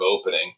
opening